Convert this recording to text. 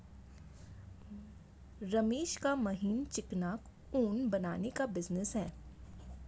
रमेश का महीन चिकना ऊन बनाने का बिजनेस है